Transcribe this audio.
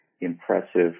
impressive